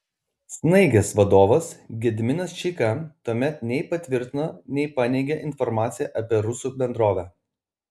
snaigės vadovas gediminas čeika tuomet nei patvirtino nei paneigė informaciją apie rusų bendrovę